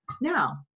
now